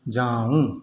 जाउ